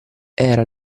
era